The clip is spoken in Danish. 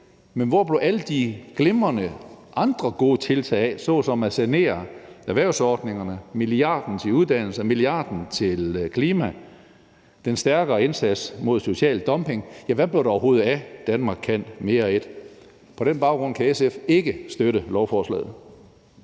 men hvor blev alle de andre glimrende, gode tiltag af, såsom at sanere erhvervsordningerne, milliarden til uddannelser, milliarden til klima og den stærkere indsats mod social dumping – ja, hvad blev der overhovedet af »Danmark kan mere I«? På den baggrund kan SF ikke støtte lovforslaget.